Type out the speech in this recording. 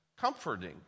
comforting